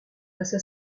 passa